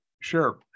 Sure